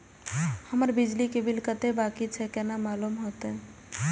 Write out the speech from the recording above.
हमर बिजली के बिल कतेक बाकी छे केना मालूम होते?